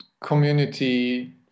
community